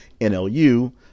NLU